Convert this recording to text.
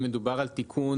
אם מדובר על תיקון,